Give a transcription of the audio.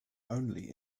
only